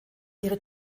ihre